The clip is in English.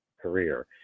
career